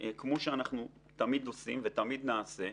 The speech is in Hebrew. כמו שאנחנו תמיד עושים ותמיד נעשה,